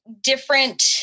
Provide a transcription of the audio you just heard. different